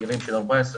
בגילאים של 14,